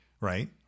right